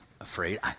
afraid